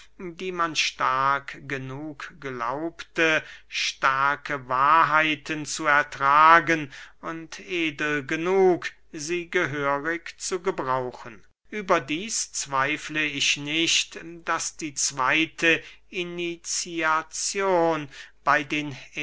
die man stark genug glaubte starke wahrheiten zu ertragen und edel genug sie gehörig zu gebrauchen überdieß zweifle ich nicht daß die zweyte iniziazion bey den